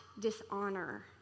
dishonor